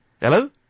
Hello